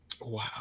Wow